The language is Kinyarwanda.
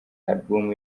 album